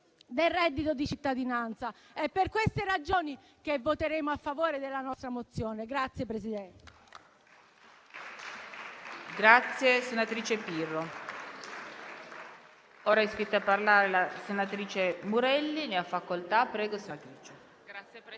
del reddito di cittadinanza. È per queste ragioni che voteremo a favore della nostra mozione.